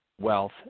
wealth